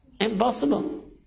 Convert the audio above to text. Impossible